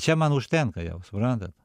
čia man užtenka jau suprantat